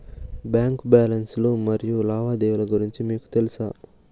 Bank balance లు మరియు లావాదేవీలు గురించి మీకు తెల్సా?